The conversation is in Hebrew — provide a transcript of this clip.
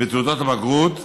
בתעודות הבגרות,